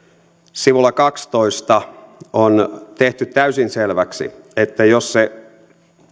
sivulla kaksitoista on tehty täysin selväksi että jos se